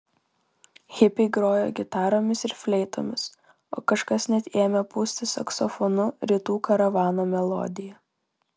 hipiai grojo gitaromis ir fleitomis o kažkas net ėmė pūsti saksofonu rytų karavano melodiją